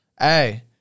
hey